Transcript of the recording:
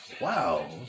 Wow